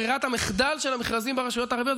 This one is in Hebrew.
ברירת המחדל של המכרזים ברשויות הערביות.